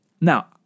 Now